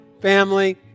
family